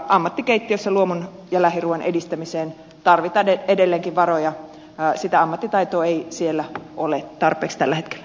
ammattikeittiössä luomun ja lähiruuan edistämiseen tarvitaan edelleenkin varoja sitä ammattitaitoa ei siellä ole tarpeeksi tällä hetkellä